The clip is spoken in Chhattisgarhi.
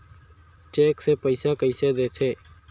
चेक से पइसा कइसे देथे?